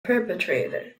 perpetrator